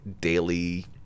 daily